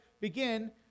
begin